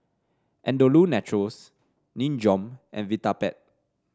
Andalou Naturals Nin Jiom and Vitapet